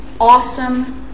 awesome